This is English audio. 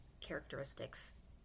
characteristics